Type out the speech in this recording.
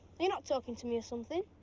not talking to me or something?